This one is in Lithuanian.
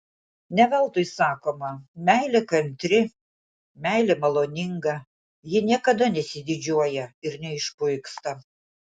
ne veltui sakoma meilė kantri meilė maloninga ji niekada nesididžiuoja ir neišpuiksta